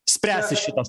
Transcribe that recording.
spręsis šitas